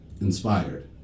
inspired